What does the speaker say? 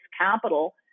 capital